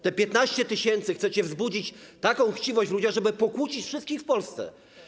Tymi 15 tys. chcecie wzbudzić taką chciwość w ludziach, żeby pokłócić wszystkich w Polsce.